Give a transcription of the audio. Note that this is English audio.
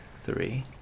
three